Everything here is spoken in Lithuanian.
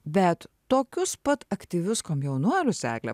bet tokius pat aktyvius komjaunuolius egle